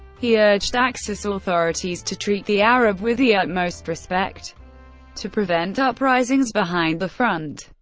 he urged axis ah authorities to treat the arab with the utmost respect to prevent uprisings behind the front.